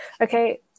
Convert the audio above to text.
Okay